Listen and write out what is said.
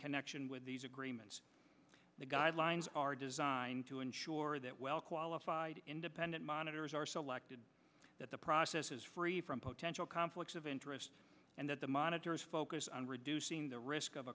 connection with these agreements the guidelines are designed to ensure that well qualified independent monitors are selected that the process is free from potential conflicts of interest and that the monitors focus on reducing the risk of